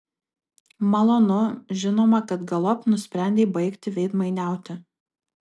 malonu žinoma kad galop nusprendei baigti veidmainiauti